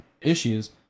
issues